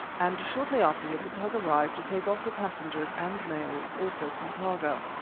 and shortly afterwards a tug arrived to take off the passengers and mails also some cargo.